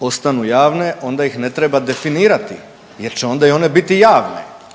ostanu javne onda ih ne treba definirati, jer će onda i one biti javne.